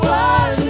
one